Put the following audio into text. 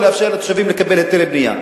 ולאפשר לתושבים לקבל היתרי בנייה.